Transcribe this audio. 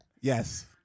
Yes